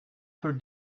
for